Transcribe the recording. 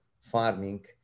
farming